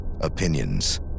Opinions